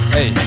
Hey